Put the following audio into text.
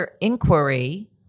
inquiry